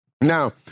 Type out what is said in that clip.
Now